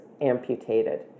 amputated